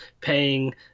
paying